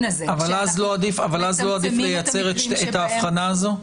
הזה- -- אז לא עדיף לייצר את ההבחנה הזו?